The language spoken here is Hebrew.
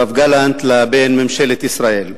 יואב גלנט ובין ממשלת ישראל?